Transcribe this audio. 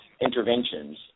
interventions